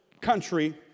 country